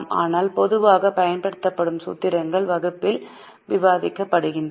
ஆனால் பொதுவாக பயன்படுத்தப்படும் சூத்திரங்கள் வகுப்பில் விவாதிக்கப்படுகின்றன